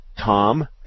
Tom